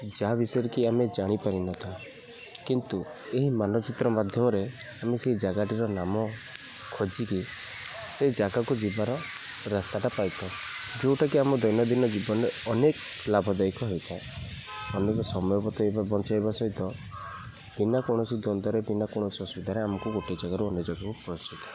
ଯାହା ବିଷୟରେ କି ଆମେ ଜାଣିପାରିନଥାଉ କିନ୍ତୁ ଏହି ମାନଚିତ୍ର ମାଧ୍ୟମରେ ଆମେ ସେ ଜାଗାଟିର ନାମ ଖୋଜିକି ସେ ଜାଗାକୁ ଯିବାର ରାସ୍ତାଟା ପାଇଥାଉ ଯେଉଁଟାକି ଆମ ଦୈନନ୍ଦିନ ଜୀବନରେ ଅନେକ ଲାଭଦାଇକ ହେଇଥାଏ ଅନେକ ସମୟ ବଞ୍ଚାଇବା ସହିତ ବିନା କୌଣସି ଦ୍ୱନ୍ଦ୍ୱରେ ବିନା କୌଣସି ଅସୁବିଧାରେ ଆମକୁ ଗୋଟେ ଜାଗାରୁ ଅନ୍ୟ ଜାଗାକୁ